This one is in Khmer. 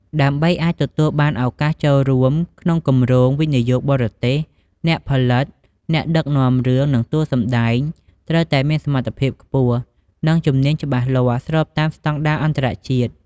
ដើម្បីអាចទទួលបានឱកាសចូលរួមក្នុងគម្រោងវិនិយោគបរទេស អ្នកផលិត អ្នកដឹកនាំរឿង និងតួសម្ដែង ត្រូវតែមានសមត្ថភាពខ្ពស់ និងជំនាញច្បាស់លាស់ ស្របតាមស្តង់ដារអន្តរជាតិ។